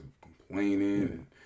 complaining